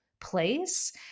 place